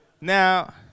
Now